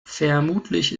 vermutlich